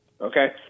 Okay